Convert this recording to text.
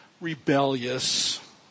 rebellious